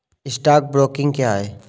Stock broking क्या है?